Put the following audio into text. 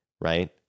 right